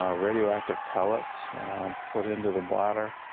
um radioactive pellets put into the bladder,